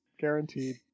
Guaranteed